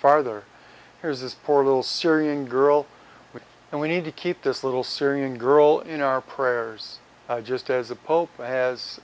farther here's this poor little syrian girl and we need to keep this little syrian girl in our prayers just as a pope has